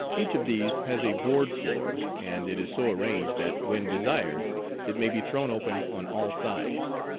each of these has a board floor, and it is so arranged that when desired it may be thrown open on all sides.